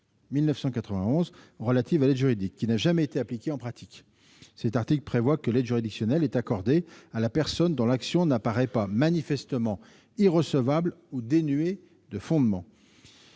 1991 relative à l'aide juridique, qui n'a jamais été appliqué en pratique. Cet article prévoit que l'aide juridictionnelle est accordée à la personne dont l'action n'apparaît pas manifestement irrecevable ou dénuée de fondement.